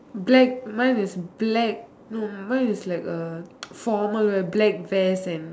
black mine is black no mine is like a formal wear black vest and